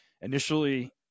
initially